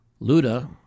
Luda